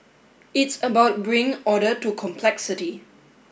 it's about bringing order to complexity